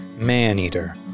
Maneater